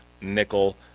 nickel